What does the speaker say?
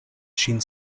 ŝin